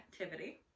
activity